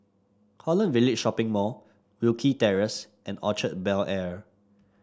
Holland Village Shopping Mall Wilkie Terrace and Orchard Bel Air